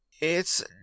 It's